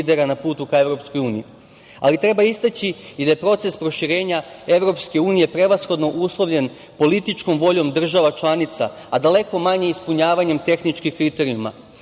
na putu ka EU, ali treba istaći i da je proces proširenja EU prevashodno uslovljen političkom voljom država članica, a daleko manje ispunjavanjem tehničkih kriterijuma.